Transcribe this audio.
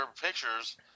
pictures